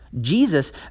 Jesus